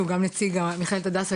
שהוא גם נציג מכללת הדסה,